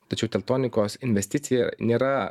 tačiau teltonikos investicija nėra